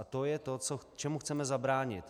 A to je to, čemu chceme zabránit.